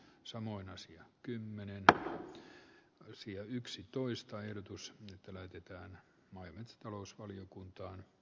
samoin asia kymmeneltä visio yksitoista ehdotus sitä löydykään mainitse talousvaliokunta